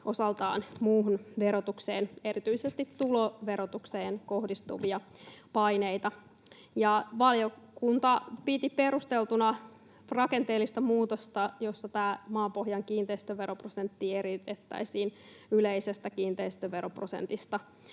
osaltaan muuhun verotukseen, erityisesti tuloverotukseen, kohdistuvia paineita. Valiokunta piti perusteltuna rakenteellista muutosta, jossa tämä maapohjan kiinteistöveroprosentti eriytettäisiin yleisestä kiinteistöveroprosentista.